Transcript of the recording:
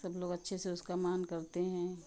सब लोग अच्छे से उसका मान करते हैं